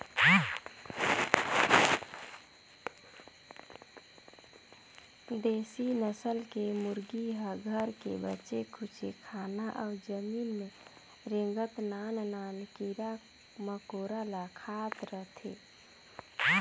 देसी नसल के मुरगी ह घर के बाचे खुचे खाना अउ जमीन में रेंगत नान नान कीरा मकोरा ल खात रहथे